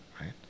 right